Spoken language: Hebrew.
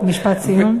משפט סיום.